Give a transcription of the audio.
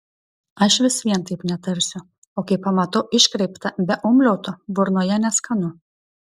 aš vis vien taip netarsiu o kai pamatau iškreiptą be umliauto burnoje neskanu